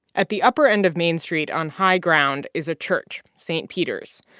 at the upper end of main street on high ground is a church, st. peter's.